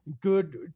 good